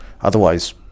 Otherwise